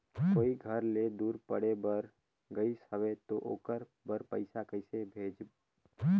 कोई घर ले दूर पढ़े बर गाईस हवे तो ओकर बर पइसा कइसे भेजब?